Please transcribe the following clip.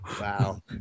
Wow